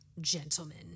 gentlemen